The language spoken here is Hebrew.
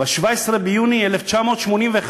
ב-17 ביוני 1981,